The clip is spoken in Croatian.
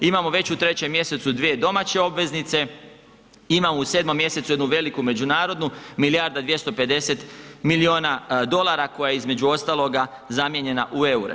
Imamo već u 3. mj. dvije domaće obveznice, imamo u 7. mj., jednu veliku međunarodnu, milijarda i 250 milijuna dolara koja je između ostaloga zamijenjena u eure.